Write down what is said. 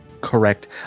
correct